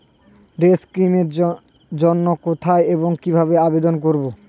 Day scheme এর জন্য কোথায় এবং কিভাবে আবেদন করব?